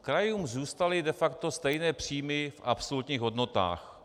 Krajům zůstaly de facto stejné příjmy v absolutních hodnotách.